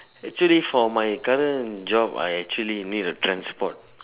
actually for my current job I actually need a transport